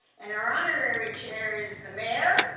and our honorary chair is the mayor,